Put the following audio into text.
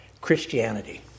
Christianity